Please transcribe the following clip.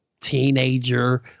teenager